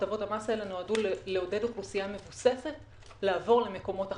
הטבות המס האלה נועדו לעודד אוכלוסייה מבוססת לעבור למקומות אחרים,